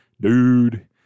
Dude